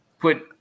put